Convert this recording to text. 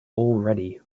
already